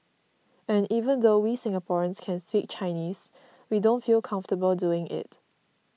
and even though we Singaporeans can speak Chinese we don't feel comfortable doing it